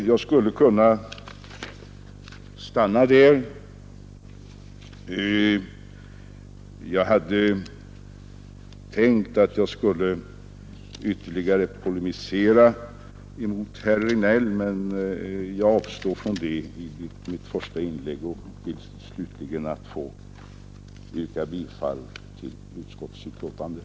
Jag hade tidigare tänkt att ytterligare polemisera mot herr Regnéll men avstår nu från detta i mitt första inlägg och ber i stället att få yrka bifall till utskottets hemställan.